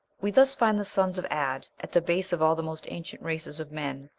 we thus find the sons of ad at the base of all the most ancient races of men,